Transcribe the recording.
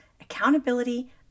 accountability